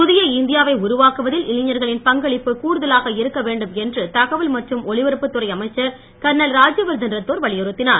புதிய இந்தியாவை உருவாக்குவதில் இளைஞர்களின் பங்களிப்பு கூடுதலாக இருக்க வேண்டும் என்று தகவல் மற்றும் ஒலிபரப்புத்துறை அமைச்சர் கர்னல் ராஜ்யவர்தன் ராத்தோர் வலியுறுத்தினார்